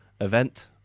event